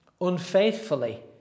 unfaithfully